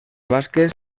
basques